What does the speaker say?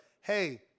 hey